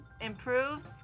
improved